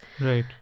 Right